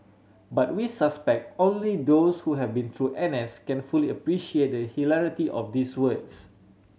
but we suspect only those who have been through N S can fully appreciate the hilarity of these words